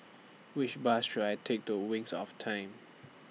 Which Bus should I Take to Wings of Time